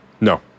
no